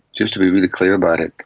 just to be really clear about it,